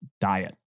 diet